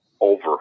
over